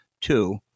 Two